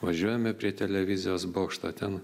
važiuojame prie televizijos bokšto ten